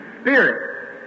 Spirit